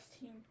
team